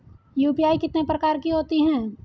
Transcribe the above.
UPI कितने प्रकार की होती हैं?